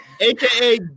AKA